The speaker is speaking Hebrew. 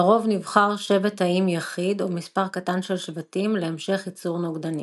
לרוב נבחר שבט תאים יחיד או מספר קטן של שבטים להמשך יצור נוגדנים.